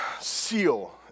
seal